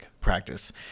practice